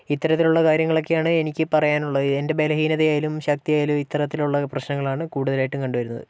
ഇത്തരത്തിലുള്ള കാര്യങ്ങളൊക്കെയാണ് എനിക്ക് പറയാനുള്ളത് എൻ്റെ ബലഹീനതയായാലും ശക്തിയായാലും ഇത്തരത്തിലുള്ള പ്രശ്നങ്ങളാണ് കൂടുതലായിട്ടും കണ്ടുവരുന്നത്